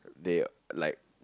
they like